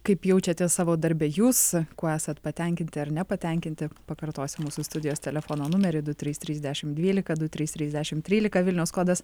kaip jaučiatės savo darbe jūs kuo esat patenkinti ar nepatenkinti pakartosiu mūsų studijos telefono numerį du trys trys dešimt dvylika du trys trys dešimt trylika vilniaus kodas